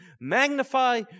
magnify